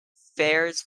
fairs